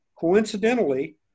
Coincidentally